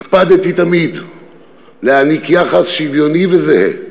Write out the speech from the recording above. הקפדתי תמיד להעניק יחס שוויוני וזהה